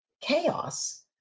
chaos